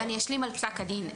אני אשלים על פסק הדין.